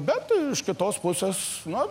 bet iš kitos pusės nu